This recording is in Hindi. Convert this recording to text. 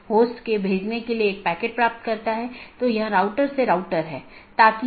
पथ को पथ की विशेषताओं के रूप में रिपोर्ट किया जाता है और इस जानकारी को अपडेट द्वारा विज्ञापित किया जाता है